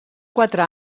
quatre